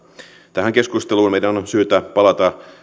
tähän keskusteluun meidän on syytä palata